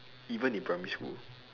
even in primary school